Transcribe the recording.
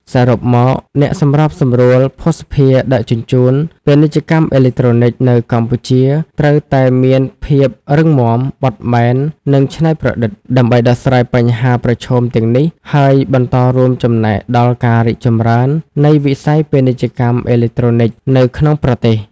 សរុបមក អ្នកសម្របសម្រួលភស្តុភារដឹកជញ្ជូន ពាណិជ្ជកម្មអេឡិចត្រូនិកនៅកម្ពុជាត្រូវតែមានភាពរឹងមាំ បត់បែន និងច្នៃប្រឌិត ដើម្បីដោះស្រាយបញ្ហាប្រឈមទាំងនេះ ហើយបន្តរួមចំណែកដល់ការរីកចម្រើននៃវិស័យពាណិជ្ជកម្មអេឡិចត្រូនិក នៅក្នុងប្រទេស។